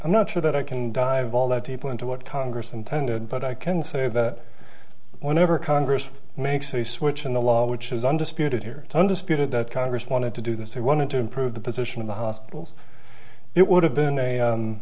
i'm not sure that i can dive all that people into what congress intended but i can say that whenever congress makes the switch in the law which is undisputed here under spitter that congress wanted to do this they wanted to improve the position of the hospitals it would have been a